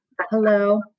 Hello